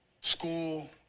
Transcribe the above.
School